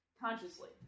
consciously